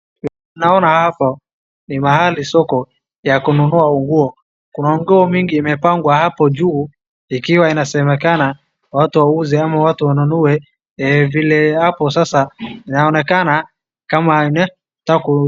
Naona hapa ni mahali soko ya kununua nguo, kuna nguo mingi imepangwa hapo juu ikiwa inasemekana watu wauze au watu wanunue. Vile hapo sasa, inaonekana kama imeta...